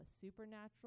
supernatural